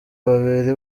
babiri